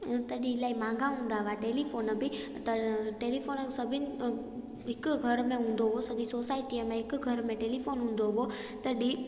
तॾहिं इलाहीं महांगा हूंदा हुआ टेलीफ़ोन बि त टेलीफ़ोन सभिनी हिकु घर में हूंदो हुओ सॼी सोसायटीअ में हिकु घर में टेलीफ़ोन हूंदो हुओ तॾहिं